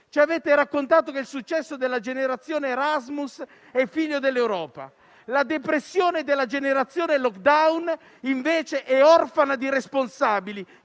Ci avete raccontato che il successo della generazione Erasmus è figlio dell'Europa, mentre la depressione della generazione *lockdown* è orfana di responsabili,